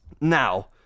Now